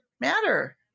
matter